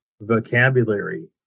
vocabulary